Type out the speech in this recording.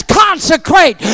consecrate